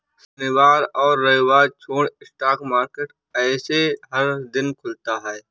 शनिवार और रविवार छोड़ स्टॉक मार्केट ऐसे हर दिन खुलता है